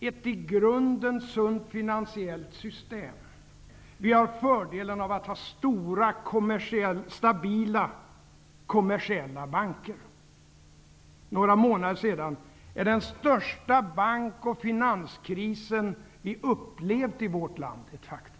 ett i grunden sunt finansiellt system. Vi har fördelen av att ha stora stabila kommersiella banker. Några månder senare är den största bank och finanskris som vi upplevt i vårt land ett faktum.